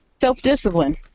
self-discipline